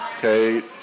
Kate